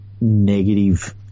negative